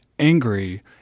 Angry